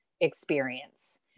experience